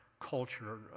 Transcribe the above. culture